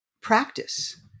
practice